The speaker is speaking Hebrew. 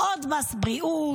עוד מס בריאות,